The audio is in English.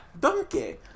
Donkey